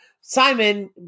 Simon